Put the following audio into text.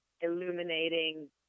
illuminating